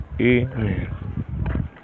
Amen